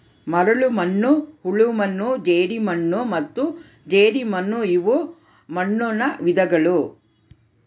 ಮರಳುಮಣ್ಣು ಹೂಳುಮಣ್ಣು ಜೇಡಿಮಣ್ಣು ಮತ್ತು ಜೇಡಿಮಣ್ಣುಇವು ಮಣ್ಣುನ ವಿಧಗಳು